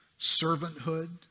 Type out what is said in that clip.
servanthood